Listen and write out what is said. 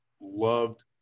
loved